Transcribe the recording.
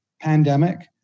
pandemic